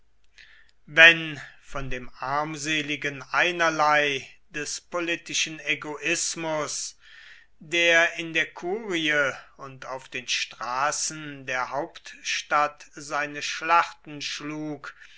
wenn von dem armseligen einerlei des politischen egoismus der in der kurie und auf den straßen der hauptstadt seine schlachten schlug